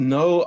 no